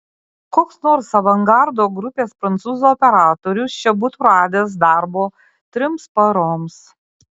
koks nors avangardo grupės prancūzų operatorius čia būtų radęs darbo trims paroms